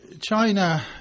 China